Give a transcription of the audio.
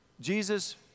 Jesus